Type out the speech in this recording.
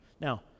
Now